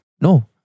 no